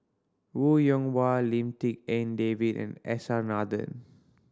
Wong Yoon Wah Lim Tik En David and S R Nathan